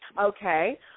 Okay